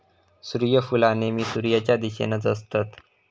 सुर्यफुला नेहमी सुर्याच्या दिशेनेच असतत